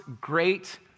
great